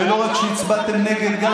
--- ולא רק שהצבעתם נגד.